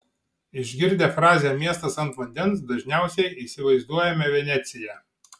išgirdę frazę miestas ant vandens dažniausiai įsivaizduojame veneciją